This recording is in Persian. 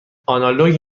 آنالوگ